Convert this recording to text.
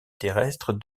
terrestre